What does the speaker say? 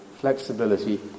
Flexibility